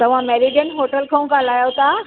तव्हां Meridian hotel खां ॻाल्हायो था